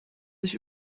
sich